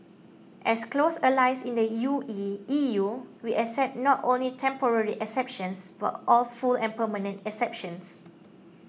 as close allies in the U E E U we expect not only temporary exemptions but a full and permanent exemptions